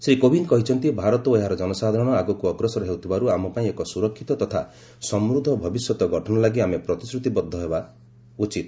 ଶ୍ରୀ କୋବିନ୍ଦ କହିଛନ୍ତି ଭାରତ ଓ ଏହାର ଜନସାଧାରଣ ଆଗକୁ ଅଗ୍ରସର ହେଉଥିବାରୁ ଆମପାଇଁ ଏକ ସୁରକ୍ଷିତ ତଥା ସମୃଦ୍ଧ ଭବିଷ୍ୟତ ଗଠନ ଲାଗି ଆମେ ପ୍ରତିଶ୍ରତିବଦ୍ଧ ରହିବା ଉଚିତ